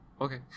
Okay